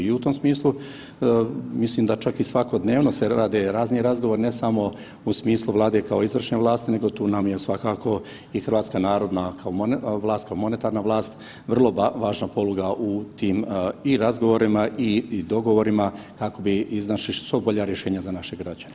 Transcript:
I u tom smislu mislim da čak i svakodnevno se rade razni razgovori ne samo u smislu Vlade kao izvršne vlasti nego tu nam je svakako i hrvatska narodna kao vlast, kao monetarna vlast vrlo važna poluga u tim i razgovorima i dogovorima kako bi iznašli što bolja rješenja za naše građane.